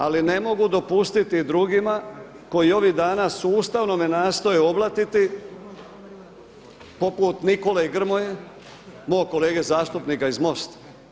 Ali ne mogu dopustiti drugima koji ovih danas sustavno me nastoje oblatiti poput Nikole Grmoje, mog kolege zastupnika iz MOST-a.